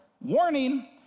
warning